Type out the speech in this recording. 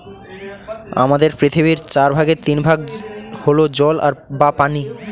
আমাদের পৃথিবীর চার ভাগের তিন ভাগ হল জল বা পানি